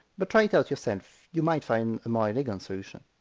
but try it out yourself you might find a more elegant solution.